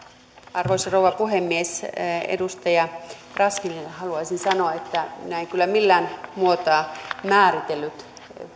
arvoisa rouva puhemies edustaja razmyarille haluaisin sanoa että minä en kyllä millään muotoa määritellyt